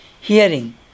Hearing